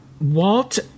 Walt